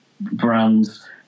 brands